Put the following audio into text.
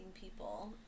people